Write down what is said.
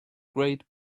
great